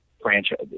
franchise